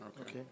Okay